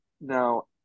now